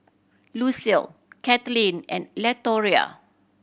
Lucile Caitlyn and Latoria